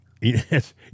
Yes